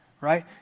right